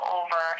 over